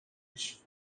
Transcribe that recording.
los